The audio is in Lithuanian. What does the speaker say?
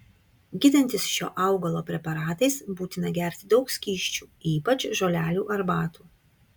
gydantis šio augalo preparatais būtina gerti daug skysčių ypač žolelių arbatų